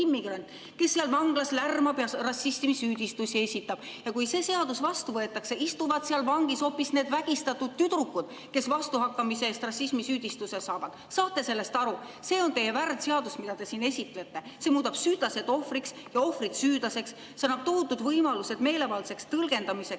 kes vanglas lärmab ja rassismisüüdistusi esitab. Kui see seadus vastu võetakse, istuvad vangis hoopis need vägistatud tüdrukud, kes vastuhakkamise eest rassismisüüdistuse saavad. Saate sellest aru? See on värdseadus, mida te siin esitlete. See muudab süüdlased ohvriks ja ohvrid süüdlaseks, see annab tohutud võimalused meelevaldseks tõlgendamiseks.